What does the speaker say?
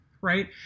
Right